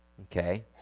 Okay